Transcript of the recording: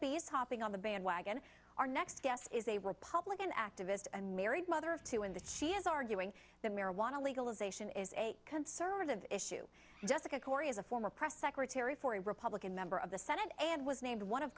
these hopping on the bandwagon our next guest is a republican activist and married mother of two in the sea is arguing that marijuana legalization is a conservative issue jessica corey is a former press secretary for a republican member of the senate and was named one of